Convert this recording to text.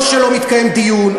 או שלא מתקיים דיון,